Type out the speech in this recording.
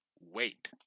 wait